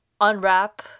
unwrap